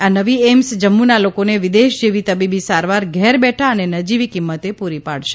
આ નવી એઈમ્સ જમ્મુના લોકોને વિદેશ જેવી તબીબી સારવાર ધેર બેઠા અને નજીવી કિંમતે પૂરી પાડશે